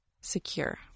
secure